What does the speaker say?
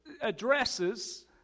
Addresses